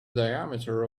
diameter